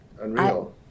unreal